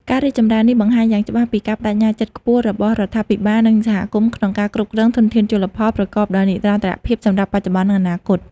ការរីកចម្រើននេះបង្ហាញយ៉ាងច្បាស់ពីការប្ដេជ្ញាចិត្តខ្ពស់របស់រដ្ឋាភិបាល និងសហគមន៍ក្នុងការគ្រប់គ្រងធនធានជលផលប្រកបដោយនិរន្តរភាពសម្រាប់បច្ចុប្បន្ន និងអនាគត។